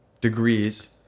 degrees